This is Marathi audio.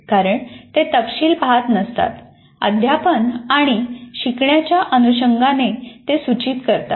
कारण ते तपशील पहात नसतात अध्यापन आणि शिकण्याच्या अनुषंगाने ते सूचित करतात